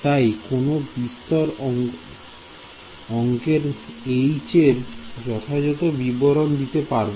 তাই কোন বিস্তর অঙ্কুশের H এর যথার্থ বিবরণ দিতে পারব